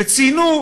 וציינו,